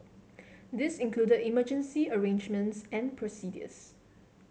this included emergency arrangements and procedures